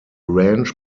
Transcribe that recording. ranch